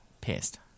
pissed